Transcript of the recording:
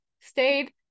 stayed